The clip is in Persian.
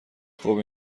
خوب